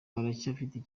baracyafite